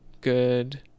good